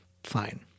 fine